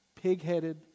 pig-headed